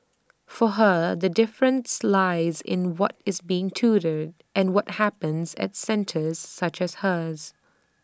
for her the difference lies in what is being tutored and what happens at centres such as hers